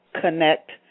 connect